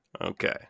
Okay